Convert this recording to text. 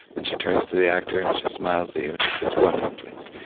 then she turns to the actor and she smiles at you and she says, one more, please.